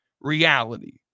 reality